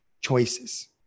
choices